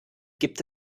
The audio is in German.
gibt